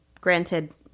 granted